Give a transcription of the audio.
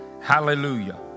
Hallelujah